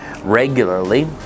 regularly